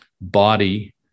body